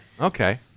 okay